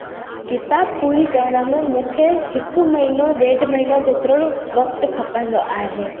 किताबु पूरी करण में मूंखे हिकु महीनो ॾेढ महीनो जेतिरो वक़्तु खपंदो आहे